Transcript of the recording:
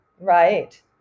right